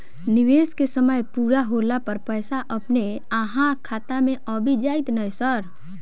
निवेश केँ समय पूरा होला पर पैसा अपने अहाँ खाता मे आबि जाइत नै सर?